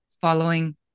following